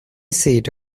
seat